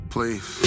Please